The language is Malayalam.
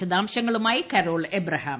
വിശദാംശങ്ങളുമായി കരോൾ അബ്രഹാം